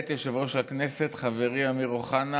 יושב-ראש הכנסת חברי אמיר אוחנה,